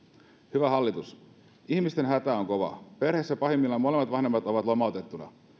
hyvä hallitus ihmisten hätä on kova perheissä pahimmillaan molemmat vanhemmat ovat lomautettuina